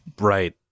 right